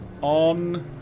on